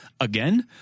again